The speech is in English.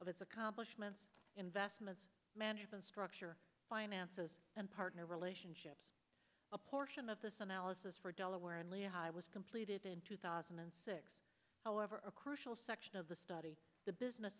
of its accomplishments investment management structure and partner relationship a portion of the analysis for delaware and was completed in two thousand and six however a crucial section of the study the business